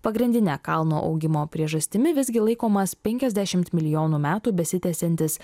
pagrindine kalno augimo priežastimi visgi laikomas penkiasdešimt milijonų metų besitęsiantis